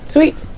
Sweet